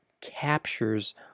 captures